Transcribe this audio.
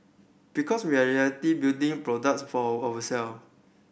because we are reality building products for our self